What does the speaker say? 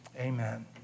amen